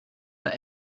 that